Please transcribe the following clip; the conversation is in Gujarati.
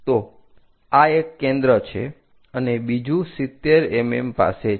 તો આ એક કેન્દ્ર છે અને બીજું 70 mm પાસે છે